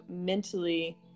mentally